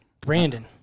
Brandon